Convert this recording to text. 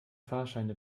fahrscheine